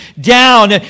down